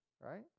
right